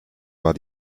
war